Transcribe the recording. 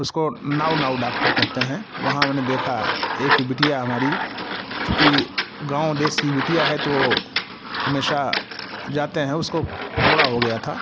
उसको नाऊ नाऊ डॉक्टर कहते हैं वहाँ मैं देखा एक बिटिया हमारी चूँकि गाँव देशी बिटिया है तो हमेशा जाते हैं उसको फोड़ा हो गया था